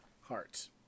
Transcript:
Hearts